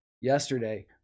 yesterday